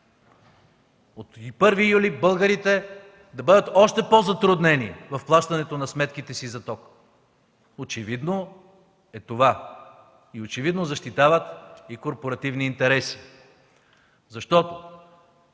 от 1 юли българите да бъдат още по-затруднени в плащането на сметките си за ток? Очевидно е това, очевидно защитават и корпоративни интереси. Защото